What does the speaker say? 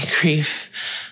grief